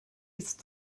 ist